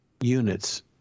units